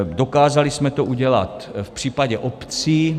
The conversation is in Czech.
Dokázali jsme to udělat v případě obcí.